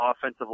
offensive